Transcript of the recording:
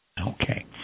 Okay